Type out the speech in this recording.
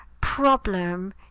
problem